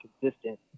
consistent